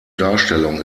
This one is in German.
darstellung